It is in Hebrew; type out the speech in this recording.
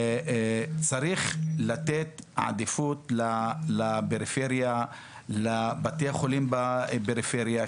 צריך לתת עדיפות לפריפריה, לבתי החולים בפריפריה.